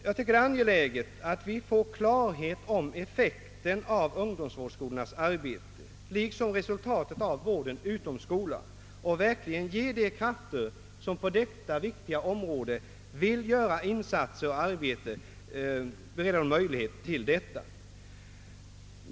Det är angeläget att vi får klarhet om effekten av ungdomsvårdsskolornas arbete liksom om resultatet av vården utom skolan. Det är också angeläget att de krafter som på detta viktiga område vill göra insatser bereds möjlighet härtill.